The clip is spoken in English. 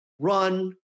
run